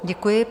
Děkuji.